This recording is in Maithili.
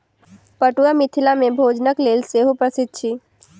पटुआ मिथिला मे भोजनक लेल सेहो प्रसिद्ध अछि